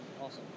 Awesome